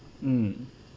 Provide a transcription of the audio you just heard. mm